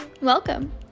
Welcome